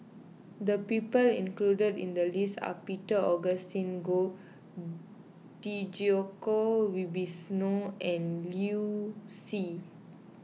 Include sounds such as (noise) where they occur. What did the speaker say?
the people included in the list are Peter Augustine Goh (hesitation) Djoko Wibisono and Liu Si